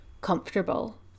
comfortable